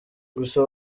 gusa